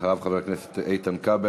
לאחריו חבר הכנסת איתן כבל,